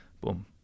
boom